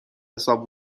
حساب